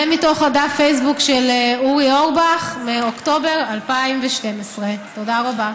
זה מתוך דף הפייסבוק של אורי אורבך מאוקטובר 2012. תודה רבה.